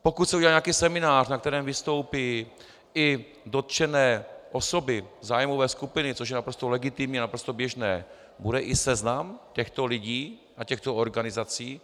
Pokud se udělá nějaký seminář, na kterém vystoupí i dotčené osoby, zájmové skupiny, což je naprosto legitimní a naprosto běžné, bude i seznam těchto lidí a těchto organizací?